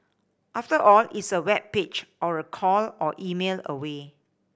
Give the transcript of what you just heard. after all it's a web page or a call or email away